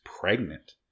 pregnant